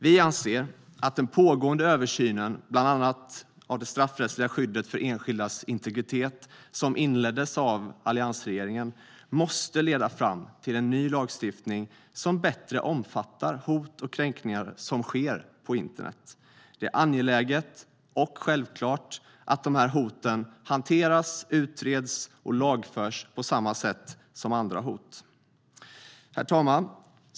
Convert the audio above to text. Vi anser att den pågående översynen av bland annat det straffrättsliga skyddet för enskildas integritet, som inleddes av alliansregeringen, måste leda fram till en ny lagstiftning som bättre omfattar hot och kränkningar som sker på internet. Det är angeläget och självklart att dessa hot hanteras, utreds och lagförs på samma sätt som andra hot. Herr talman!